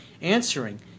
answering